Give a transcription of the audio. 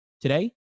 Today